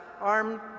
armed